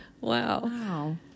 Wow